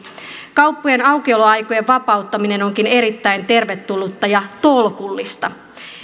kauppojen aukioloaikojen vapauttaminen onkin erittäin tervetullutta ja tolkullista